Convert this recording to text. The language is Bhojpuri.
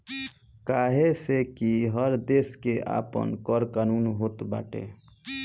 काहे से कि हर देस के आपन कर कानून होत बाटे